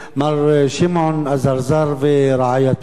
מר שמעון אזרזר ורעייתו,